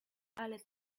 ale